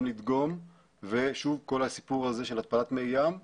גם לדגום ושוב כול הסיפור הזה של התפלת מי ים "זוכה"